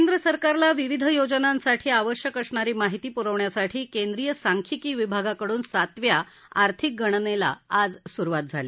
केंद्र सरकारला विविध योजनांसाठी आवश्यक असणारी माहिती प्रविण्यासाठी केंद्रीय सांख्यिकी विभागाकडून सातव्या आर्थिक गणनेस आज सुरुवात झाली